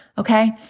Okay